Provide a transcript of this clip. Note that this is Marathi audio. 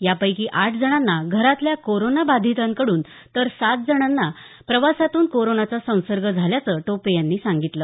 यापैकी आठ जणांना घरातल्या कोरोनाबाधिताकडून तर सात लोकांना प्रवासातून कोरोनाचा संसर्ग झाल्याचं टोपे यांनी सांगितलं